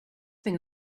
thing